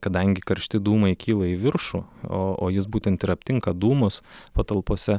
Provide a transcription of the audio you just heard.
kadangi karšti dūmai kyla į viršų o jis būtent ir aptinka dūmus patalpose